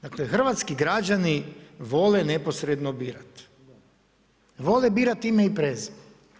Dakle, hrvatski građani vole neposredno birati, vole birati ime i prezime.